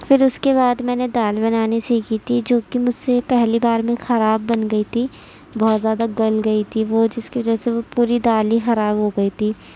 پھر اس کے بعد میں نے دال بنانی سیکھی تھی جوکہ مجھ سے پہلی بار میں خراب بن گئی تھی بہت زیادہ گل گئی تھی وہ جس کی وجہ سے وہ پوری دال ہی خراب ہو گئی تھی